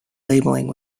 labeling